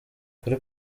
kuri